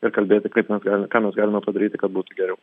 ir kalbėti kaip mes galim ką mes galime padaryti kad būtų geriau